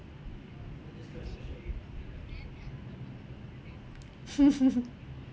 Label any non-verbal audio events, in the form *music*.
*laughs*